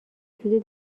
حدود